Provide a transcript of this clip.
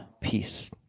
peace